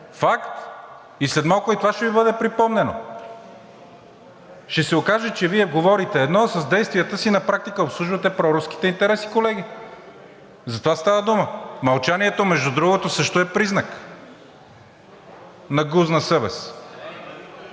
факт, след малко и това ще Ви бъде припомнено! Ще се окаже, че Вие говорите едно, а с действията си на практика обслужвате проруските интереси, колеги! За това става дума. Мълчанието, между другото, също е признак на гузна съвест.